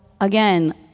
again